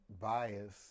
bias